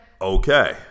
Okay